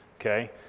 Okay